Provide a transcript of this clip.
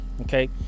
Okay